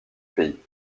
pays